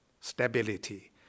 stability